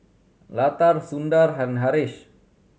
Lata Sundar and Haresh